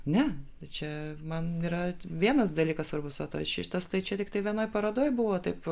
ne tai čia man yra vienas dalykas svarbus o šitas tai čia tiktai vienoj parodoj buvo taip